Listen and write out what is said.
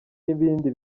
n’ibindi